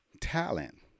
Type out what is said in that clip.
Talent